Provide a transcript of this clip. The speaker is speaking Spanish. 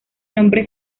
nombre